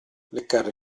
leccare